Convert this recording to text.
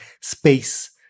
space